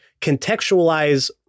contextualize